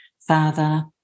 father